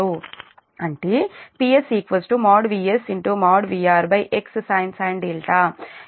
అంటే PS VSVRx sin